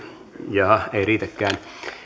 jaaha ei riitäkään